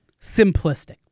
simplistic